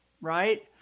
right